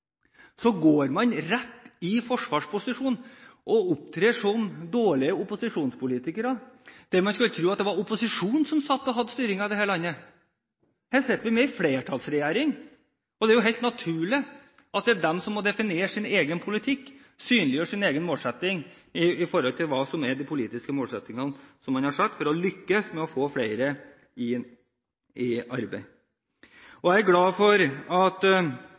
går rett i forsvarsposisjon og opptrer som dårlige opposisjonspolitikere. Det er slik at man skulle tro at det var opposisjonen som satt og hadde styringen i dette landet. Her sitter vi med en flertallsregjering, og det er jo helt naturlig at det er den som må definere sin egen politikk, synliggjøre de politiske målsettingene man har satt seg for å lykkes med å få flere i arbeid. Jeg er glad for at